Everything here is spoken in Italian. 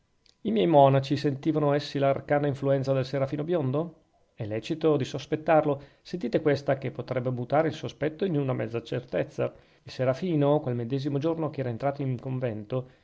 i miei monaci sentivano essi l'arcana influenza del serafino biondo è lecito di sospettarlo sentite questa che potrebbe mutare il sospetto in una mezza certezza il serafino quel medesimo giorno che era entrato in convento